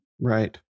Right